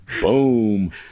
Boom